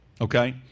Okay